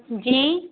جی